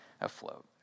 afloat